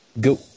Go